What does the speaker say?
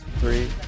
Three